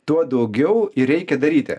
tuo daugiau ir reikia daryti